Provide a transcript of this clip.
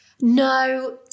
No